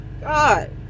God